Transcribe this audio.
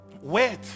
Wait